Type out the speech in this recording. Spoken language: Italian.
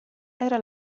era